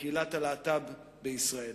לקהילת הלהט"ב בישראל.